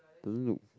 doesn't look